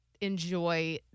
enjoy